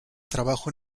trabajó